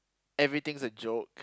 everything is a joke